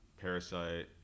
*Parasite*